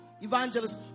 Evangelist